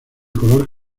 color